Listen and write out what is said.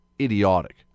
idiotic